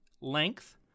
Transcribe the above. length